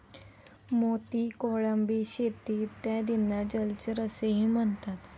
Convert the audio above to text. मोती, कोळंबी शेती इत्यादींना जलचर असेही म्हणतात